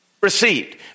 received